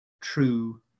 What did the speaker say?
true